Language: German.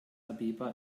abeba